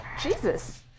Jesus